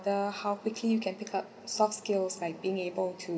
~ther how quickly you can pick up soft skills like being able to